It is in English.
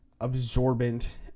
absorbent